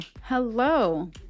Hello